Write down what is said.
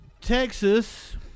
Texas